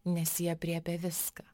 nes ji aprėpia viską